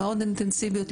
מאוד אינטנסיביות,